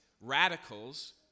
radicals